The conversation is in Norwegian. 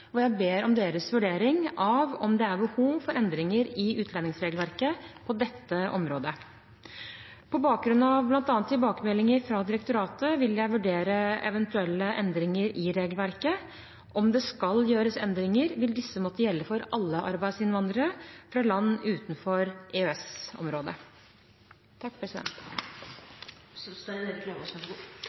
jeg ber om deres vurdering av om det er behov for endringer i utlendingsregelverket på dette området. På bakgrunn av bl.a. tilbakemeldinger fra direktoratet vil jeg vurdere eventuelle endringer i regelverket. Om det skal gjøres endringer, vil disse måtte gjelde for alle arbeidsinnvandrere fra land utenfor